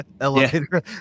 Elevator